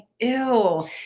ew